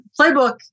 playbook